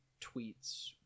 tweets